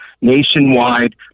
nationwide